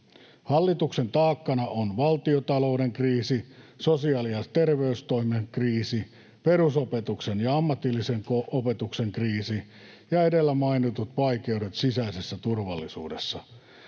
Hallituksen taakkana on valtiontalouden kriisi, sosiaali- ja terveystoimen kriisi, perusopetuksen ja ammatillisen opetuksen kriisi ja edellä mainitut vaikeudet sisäisessä turvallisuudessa.